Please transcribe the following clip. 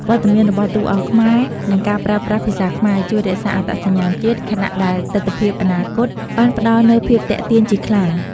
វត្តមានរបស់តួអង្គខ្មែរ និងការប្រើប្រាស់ភាសាខ្មែរ ជួយរក្សាអត្តសញ្ញាណជាតិ ខណៈដែលទិដ្ឋភាពអនាគតបានផ្តល់នូវភាពទាក់ទាញជាខ្លាំង ។